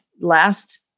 last